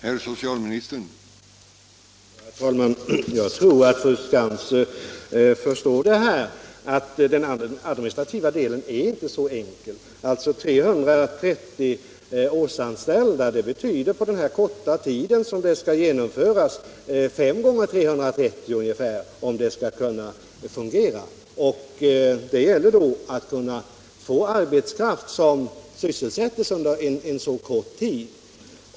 Herr talman! Jag tror att fru Skantz förstår att den administrativa delen inte är så enkel. Det rör sig om 330 årsanställda, och för den korta tid som blir aktuell för den här reformen skulle det betyda ungefär fem gånger 330, om det skall fungera. Det gäller också att få arbetskraft som kan sysselsättas under så kort tid.